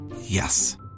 Yes